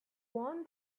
won